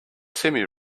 timmy